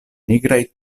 nigraj